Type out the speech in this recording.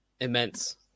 immense